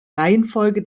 reihenfolge